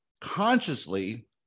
consciously